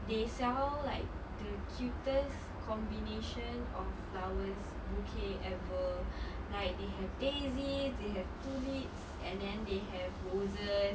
they sell like the cutest combination of flowers bouquet ever like they have daisies they have tulips and then they have roses